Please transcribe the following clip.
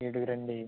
ఏడుగురాండి